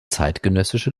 zeitgenössische